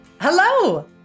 Hello